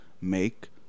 make